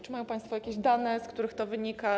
Czy mają państwo jakieś dane, z których to wynika?